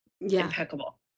impeccable